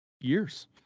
years